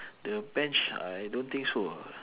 the bench I don't think so ah